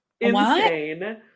insane